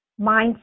mindset